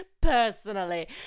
Personally